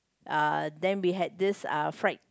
uh then we had this uh fried